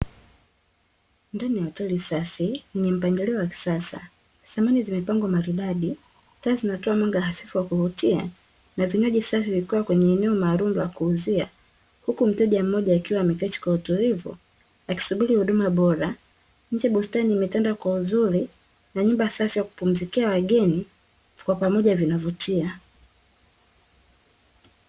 Ndani ya hoteli safi yenye mpangilio wa kisasa, samani zimepangwa maridadi taa zinatoa mwanga hafifu wa kuvutia na vinywaji safi vikiwa kwenye eneo maalumu la kuuzia, huku mteja mmoja akiwa ameketi kwa utulivu akisubiri huduma bora , nje bustani imetanda kwa uzuri na nyumba safi ya kupumzikia wageni kwa pamoja vinavutia.